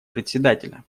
председателя